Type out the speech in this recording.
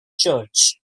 church